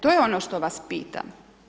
To je ono što vas pitam.